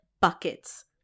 buckets